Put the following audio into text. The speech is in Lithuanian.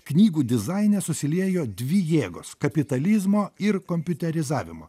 knygų dizaine susiliejo dvi jėgos kapitalizmo ir kompiuterizavimo